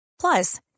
Plus